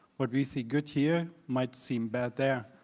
what we see good here, might seem bad there.